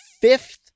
fifth